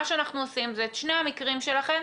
מה שאנחנו עושים זה את שני המקרים שלכם,